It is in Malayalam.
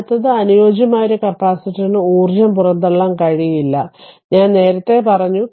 അടുത്തത് അനുയോജ്യമായ ഒരു കപ്പാസിറ്ററിന് ഊർജ്ജം പുറന്തള്ളാൻ കഴിയില്ല ഞാൻ നേരത്തെ പറഞ്ഞു